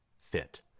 fit